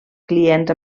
clients